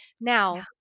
Now